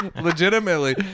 Legitimately